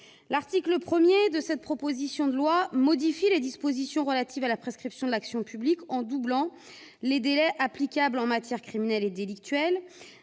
L'article 1 de cette proposition de loi modifie les dispositions relatives à la prescription de l'action publique en doublant les délais applicables en matière criminelle et délictuelle.